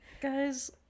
Guys